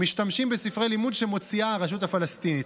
משתמשים בספרי לימוד שמוציאה הרשות הפלסטינית.